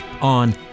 on